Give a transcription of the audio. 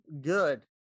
good